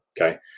Okay